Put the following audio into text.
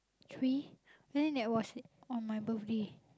three but then that was on my birthday